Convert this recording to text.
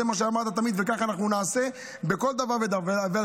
זה מה שאמרת תמיד, וכך אנחנו נעשה בכל דבר ודבר.